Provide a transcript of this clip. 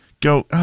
go